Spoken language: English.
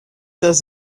does